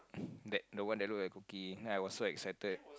that no one that look like cookie then I was so excited